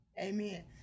Amen